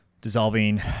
dissolving